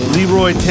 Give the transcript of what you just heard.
Leroy